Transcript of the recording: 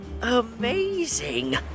amazing